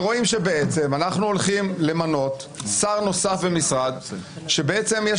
ורואים שבעצם אנחנו הולכים למנות שר נוסף ומשרד שבעצם יש